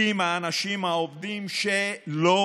עם האנשים העובדים שלא